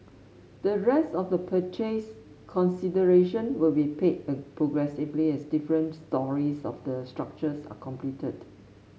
the rest of the purchase consideration will be paid progressively as different storeys of the structures are completed